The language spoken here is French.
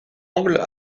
angles